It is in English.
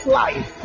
life